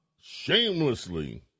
Shamelessly